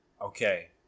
Okay